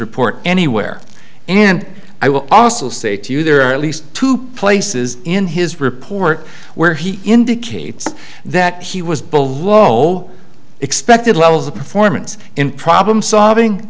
report anywhere and i will also say to you there are at least two places in his report where he indicates that he was below expected levels of performance in problem solving